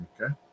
Okay